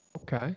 Okay